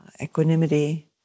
equanimity